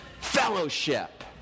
fellowship